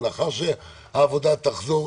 ולאחר שניכנס לעבודה,